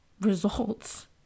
results